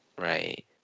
Right